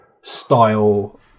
style